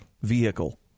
vehicle